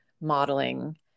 modeling